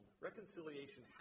reconciliation